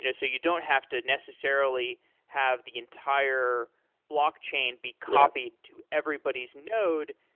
you know so you don't have to necessarily have the entire block chain be copied to everybody's node.